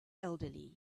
elderly